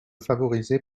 favorisée